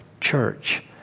church